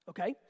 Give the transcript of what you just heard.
Okay